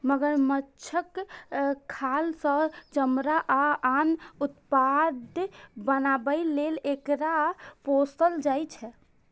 मगरमच्छक खाल सं चमड़ा आ आन उत्पाद बनाबै लेल एकरा पोसल जाइ छै